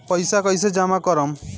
पैसा कईसे जामा करम?